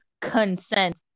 consent